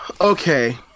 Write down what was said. Okay